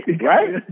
Right